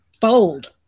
fold